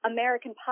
American